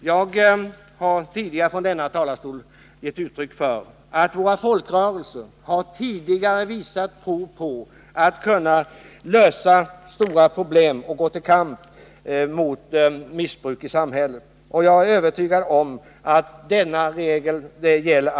Jag har förut från denna talarstol framhållit att våra folkrörelser tidigare har visat prov på att de kan lösa stora problem och gå till kamp mot missbruk i samhället, och jag är övertygad om att det alltjämt gäller.